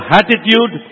attitude